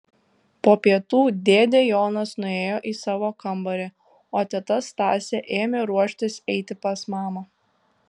po pietų dėdė jonas nuėjo į savo kambarį o teta stasė ėmė ruoštis eiti pas mamą